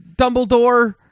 Dumbledore